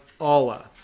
Allah